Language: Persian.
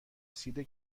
رسیده